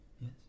Yes